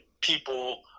people